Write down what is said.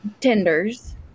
tenders